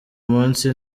munsi